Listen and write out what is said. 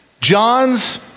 John's